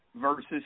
versus